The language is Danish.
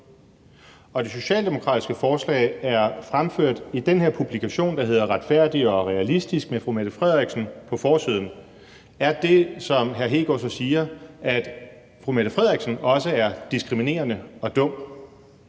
når det socialdemokratiske forslag er fremført i den her publikation, der hedder »Retfærdig og realistisk«, og som har statsministeren, fru Mette Frederiksen, på forsiden, er det, som hr. Kristian Hegaard siger, så, at statsministeren også er diskriminerende og dum?